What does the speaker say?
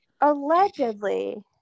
Allegedly